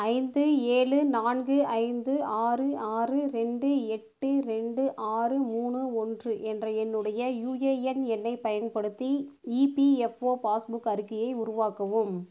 ஐந்து ஏலு நான்கு ஐந்து ஆறு ஆறு ரெண்டு எட்டு ரெண்டு ஆறு மூணு ஒன்று என்ற என்னுடைய யுஏஎன் எண்ணைப் பயன்படுத்தி இபிஎஃப்ஓ பாஸ்புக் அறிக்கையை உருவாக்கவும்